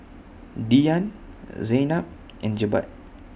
Dian Zaynab and Jebat